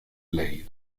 blade